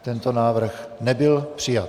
Tento návrh nebyl přijat.